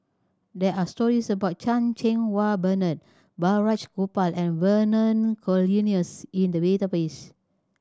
there are stories about Chan Cheng Wah Bernard Balraj Gopal and Vernon Cornelius in the database